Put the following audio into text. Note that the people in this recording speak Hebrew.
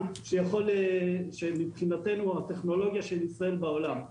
ושל הטכנולוגיה של ישראל אל מול העולם.